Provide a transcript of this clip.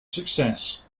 success